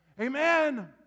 Amen